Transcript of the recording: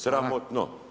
Sramotno!